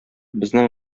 безнең